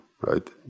right